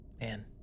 man